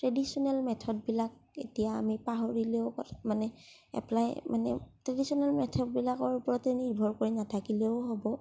traditional মেথডবিলাক এতিয়া আমি পাহৰিলেও মানে এপ্লাই মানে ট্ৰেডিশ্বনেল মেথডবিলাকৰ ওপৰতে নিৰ্ভৰ কৰি নাথাকিলেও হ'ব